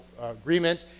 agreement